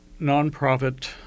nonprofit